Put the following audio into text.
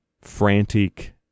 frantic